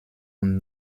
und